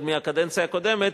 עוד מהקדנציה הקודמת,